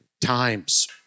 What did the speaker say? times